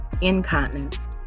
incontinence